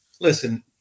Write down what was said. Listen